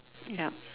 yup